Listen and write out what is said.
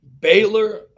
Baylor